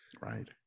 right